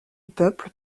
peuple